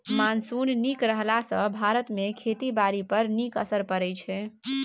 monsoon नीक रहला सँ भारत मे खेती बारी पर नीक असिर होइ छै